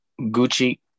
Gucci